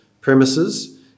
premises